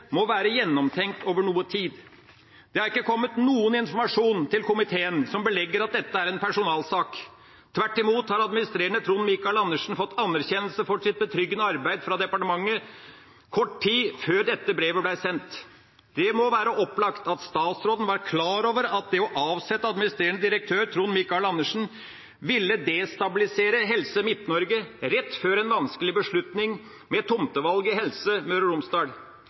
må være gjennomtenkt over noe tid. Det har ikke kommet noen informasjon til komiteen som belegger at dette er en personalsak. Tvert imot har administrerende direktør Trond Michael Andersen fått anerkjennelse for sitt betryggende arbeid fra departementet kort tid før dette brevet ble sendt. Det må være opplagt at statsråden var klar over at det å avsette administrerende direktør Trond Michael Andersen ville destabilisere Helse Midt-Norge rett før en vanskelig beslutning om tomtevalg i Helse Møre og Romsdal,